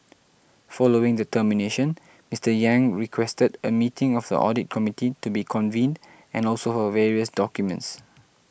following the termination Mister Yang requested a meeting of the audit committee to be convened and also for various documents